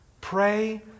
Pray